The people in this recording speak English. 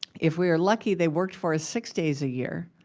if we were lucky, they worked for six days a year.